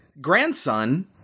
grandson